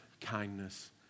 kindness